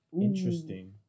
Interesting